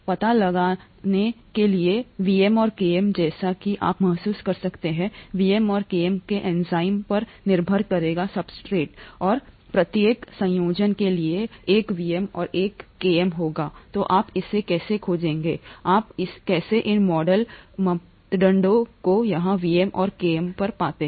पता लगाने के लिए Vm और Km जैसा कि आप महसूस कर सकते हैं Vm और Km के एंजाइम पर निर्भर करेगा सब्सट्रेट और प्रत्येक संयोजन के लिए एक Vm और एक किमी होगा तो आप इसे कैसे खोजेंगे बाहर आप कैसे इन मॉडल मापदंडों को यहाँ Vm और Km पर पाते हैं